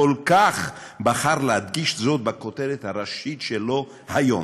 בחר להדגיש זאת בכותרת הראשית שלו היום.